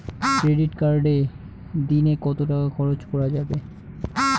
Credit কার্ডে দিনে কত টাকা খরচ করা যাবে?